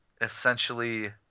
essentially